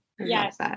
Yes